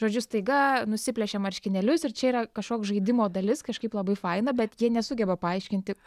žodžius staiga nusiplėšė marškinėlius ir čia yra kažkoks žaidimo dalis kažkaip labai faina bet jie nesugeba paaiškinti